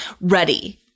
ready